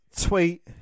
Tweet